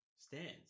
stands